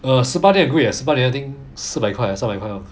uh 十八年很贵 eh 十八年 I think 四百块三百块 lor